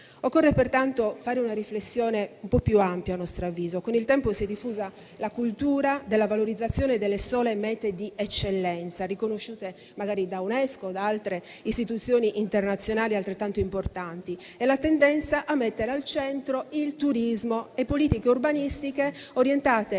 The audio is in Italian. Occorre pertanto fare una riflessione più ampia, a nostro avviso. Con il tempo si è diffusa la cultura della valorizzazione delle sole mete di eccellenza, riconosciute magari da UNESCO o da altre istituzioni internazionali altrettanto importanti. È la tendenza a mettere al centro il turismo e politiche urbanistiche orientate